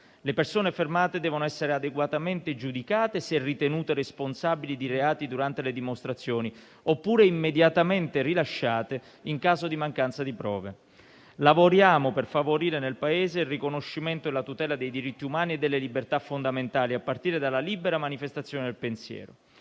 Le persone fermate devono essere adeguatamente giudicate, se ritenute responsabili di reati durante le dimostrazioni, oppure immediatamente rilasciate, in caso di mancanza di prove. Lavoriamo per favorire nel Paese il riconoscimento e la tutela dei diritti umani e delle libertà fondamentali, a partire dalla libera manifestazione del pensiero.